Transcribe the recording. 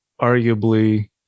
arguably